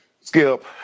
Skip